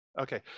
Okay